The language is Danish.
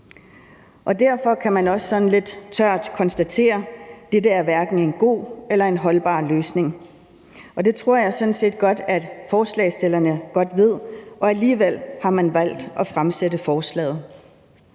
Derfor kan man også sådan lidt tørt konstatere, at det her hverken er en god eller holdbar løsning. Det tror jeg sådan set godt at forslagsstillerne ved, og alligevel har man valgt at fremsætte forslaget.